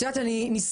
את יודעת אני נזכרת,